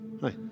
Hi